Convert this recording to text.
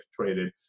traded